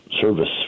service